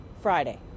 Friday